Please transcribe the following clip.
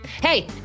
Hey